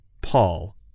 Paul